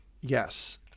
Yes